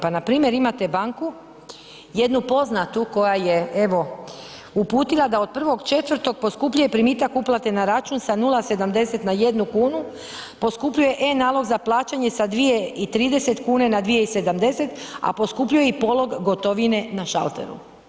Pa npr. imate banku jednu poznatu koja je evo uputila da od 1.4. poskupljuje primitak uplate na račun sa 0,70 na 1 kunu, poskupljuje e-nalog za plaćanje sa 2,30 kuna na 2,70, a poskupljuje i polog gotovine na šalteru.